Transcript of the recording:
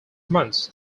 months